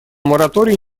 мораторий